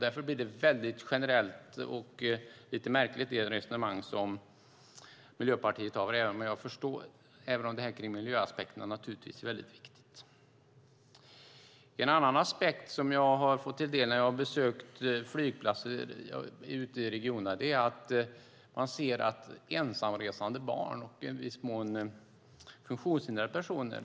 Därför blir det resonemang som Miljöpartiet för generellt och lite märkligt, även om miljöaspekten naturligtvis är väldigt viktig. En annan aspekt som jag har fått mig till del när jag har besökt flygplatser ute i regionerna är att flyget har stor betydelse för ensamresande barn och i viss mån funktionshindrade personer.